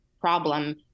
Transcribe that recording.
problem